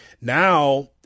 now